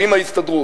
עם ההסתדרות,